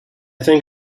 think